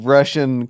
Russian